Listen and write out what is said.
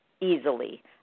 easily